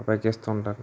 అలా చేస్తూ ఉంటారు